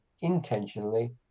intentionally